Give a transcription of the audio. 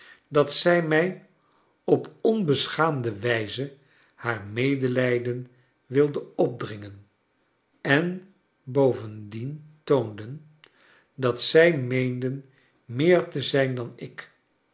dat zij mij op onbeschaamde wijze haar medelrjden wilden opdringen en bovendien toonden dat zij meenden meer te zijn dan ik